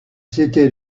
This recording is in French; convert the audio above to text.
s’étaient